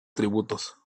tributos